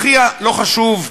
הכי לא חשוב ציבורית,